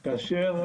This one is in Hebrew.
כאשר,